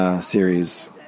series